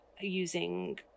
using